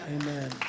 Amen